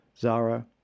Zara